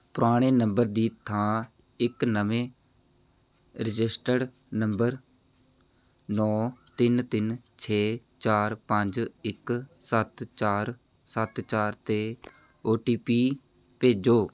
ਪੁਰਾਣੇ ਨੰਬਰ ਦੀ ਥਾਂ ਇੱਕ ਨਵੇਂ ਰਜਿਸਟਰਡ ਨੰਬਰ ਨੌ ਤਿੰਨ ਤਿੰਨ ਛੇ ਚਾਰ ਪੰਜ ਇੱਕ ਸੱਤ ਚਾਰ ਸੱਤ ਚਾਰ 'ਤੇ ਓ ਟੀ ਪੀ ਭੇਜੋ